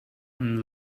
and